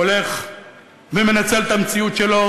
הולך ומנצל את המציאות שלו,